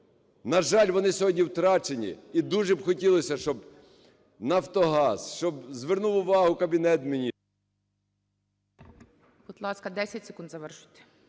на жаль, вони сьогодні втрачені і дуже б хотілося, щоб "Нафтогаз", щоб звернув увагу Кабінет